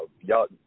y'all